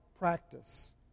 Practice